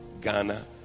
Ghana